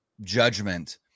judgment